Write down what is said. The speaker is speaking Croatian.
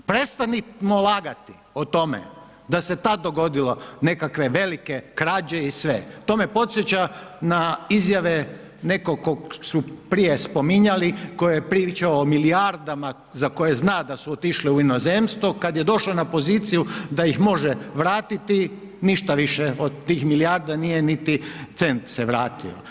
Prestanimo lagati o tome da se tad dogodilo nekakve velike krađe i sve, to me podsjeća na izjave nekog kog su prije spominjali, koji je pričao o milijardama za koje zna da su otišle u inozemstvom, kad je došao na poziciju da ih može vratiti, ništa više od tih milijardi, nije niti cent se vratio.